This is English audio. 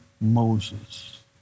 Moses